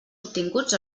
obtinguts